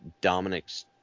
Dominic's